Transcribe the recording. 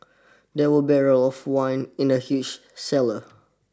there were barrels of wine in the huge cellar